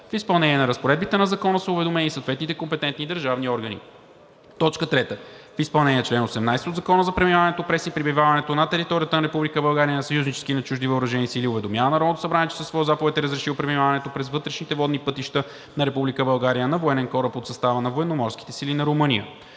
В изпълнение на разпоредбите на Закона са уведомени съответните компетентни държавни органи. 3. В изпълнение на чл. 18 от Закона за преминаването през и пребиваването на територията на Република България на съюзнически и на чужди въоръжени сили уведомява Народното събрание, че със своя заповед е разрешил преминаването през вътрешните водни пътища на Република България на военен кораб от състава на Военноморските сили на Румъния.